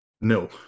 No